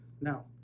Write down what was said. now